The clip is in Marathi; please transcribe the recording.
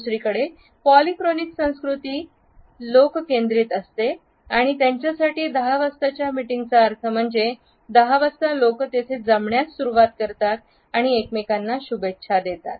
दुसरीकडे पॉलीक्रॉनिक संस्कृती अधिक लोक केंद्रित असतात आणि त्यांच्यासाठी 10 वाजताच्या मीटिंग चा अर्थ म्हणजे 10 वाजता लोक तेथे जमण्यास सुरवात करतात आणि एकमेकांना शुभेच्छा देतात